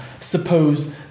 suppose